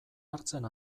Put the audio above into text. hartzen